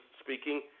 speaking